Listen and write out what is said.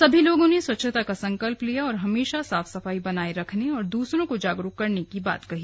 सभी लोगों ने स्वच्छता का संकल्प लिया और हमेशा साफ सफाई बनाये रखने और दूसरों को जागरूक करने की बात कही